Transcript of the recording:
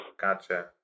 Gotcha